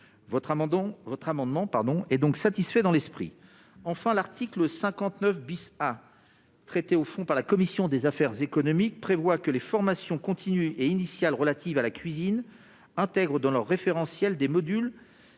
Cet amendement est donc satisfait dans l'esprit. Enfin, l'article 59 A, traité au fond par la commission des affaires économiques, prévoit que les formations continues et initiales relatives à la cuisine intègrent dans leurs référentiels des modules